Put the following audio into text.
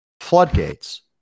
floodgates